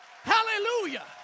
Hallelujah